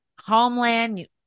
homeland